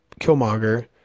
Killmonger